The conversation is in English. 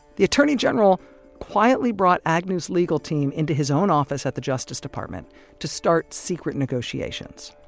the attorney general quietly brought agnew's legal team into his own office at the justice department to start secret negotiations